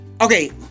Okay